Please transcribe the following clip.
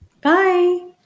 Bye